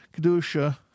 Kedusha